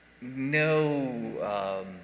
no